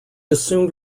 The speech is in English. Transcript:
assumed